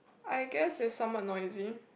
I guess is somewhat noisy